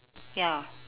ya